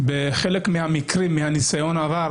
בחלק מהמקרים מניסיון העבר